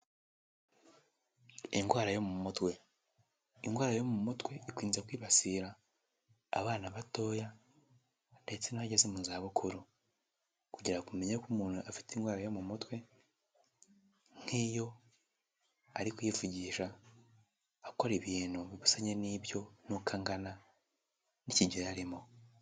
Indwara yo mu mutwe. Indwara yo mu mutwe ikunze kwibasira abana batoya ndetse n'abageze mu za bukuru. Kugira ngo umenye ko umuntu afite indwara yo mu mutwe nk'iyo ari kwivugisha, akora ibintu bibusanye n'ibyo n'uko angana n'ikigero arimo.